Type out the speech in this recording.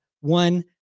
one